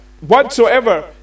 Whatsoever